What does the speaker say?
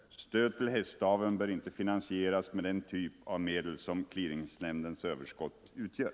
Stöd till hästaveln bör inte finansieras med den typ av medel som oljeclearingnämndens överskott utgör.